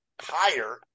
higher